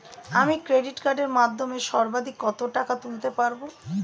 আমি ক্রেডিট কার্ডের মাধ্যমে সর্বাধিক কত টাকা তুলতে পারব?